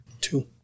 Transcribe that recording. Two